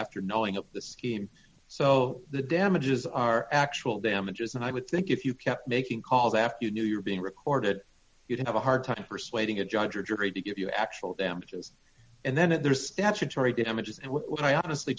after knowing the scheme so the damages are actual damages and i would think if you kept making calls after you knew you were being recorded you'd have a hard time persuading a judge or jury to give you actual damages and then there's statutory damages and what i honestly